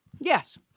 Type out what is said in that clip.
Yes